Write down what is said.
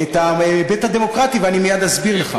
את ההיבט הדמוקרטי, ואני מייד אסביר לך.